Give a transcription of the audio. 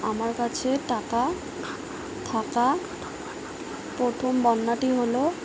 আমার কাছে টাকা থাকা প্রথম বন্যাটি হলো